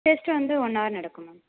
test வந்து one hour நடக்கும் ma'am